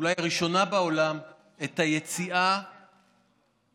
אולי היא הראשונה בעולם, את היציאה מהמגפה,